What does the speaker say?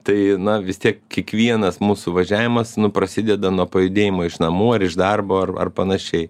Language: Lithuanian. tai na vis tiek kiekvienas mūsų važiavimas prasideda nuo pajudėjimo iš namų ar iš darbo ar ar panašiai